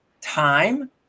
time